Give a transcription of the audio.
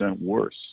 worse